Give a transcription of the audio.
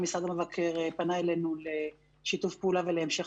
משרד המבקר פנה אלינו לשיתוף פעולה ולהמשך